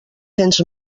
cents